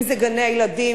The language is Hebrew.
אם גני-הילדים,